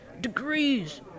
degrees